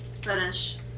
finish